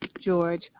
George